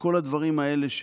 כל הדברים האלה,